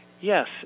Yes